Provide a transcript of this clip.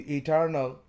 eternal